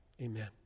Amen